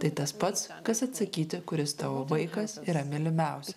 tai tas pats kas atsakyti kuris tavo vaikas yra mylimiausia